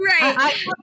Right